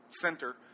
center